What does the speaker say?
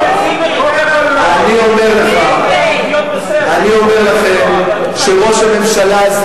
אני אומר לכם שראש הממשלה הזה,